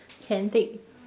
can take